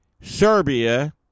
Serbia